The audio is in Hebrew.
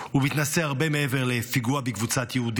הוא מתנשא הרבה מעבר לפיגוע בקבוצת יהודים.